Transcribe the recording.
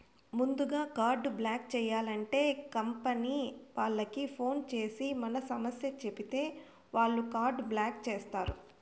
ముందుగా card block చేయాలంటే company వాళ్లకి ఫోన్ చేసి మన సమస్య చెప్పితే వాళ్లే కార్డు బ్లాక్ చేస్తారు